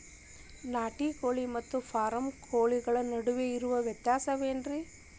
ನಾಟಿ ಕೋಳಿ ಮತ್ತ ಫಾರಂ ಕೋಳಿ ನಡುವೆ ಇರೋ ವ್ಯತ್ಯಾಸಗಳೇನರೇ?